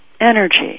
energy